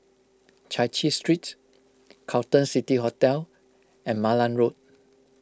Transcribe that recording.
Chai Chee Street Carlton City Hotel and Malan Road